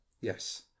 Yes